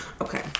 Okay